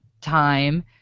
time